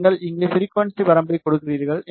நீங்கள் இங்கே ஃபிரிக்குவன்சி வரம்பைக் கொடுக்கிறீர்கள்